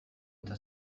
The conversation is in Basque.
eta